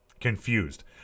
confused